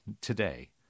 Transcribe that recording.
today